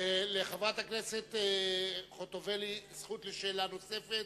לחברת הכנסת חוטובלי זכות לשאלה נוספת,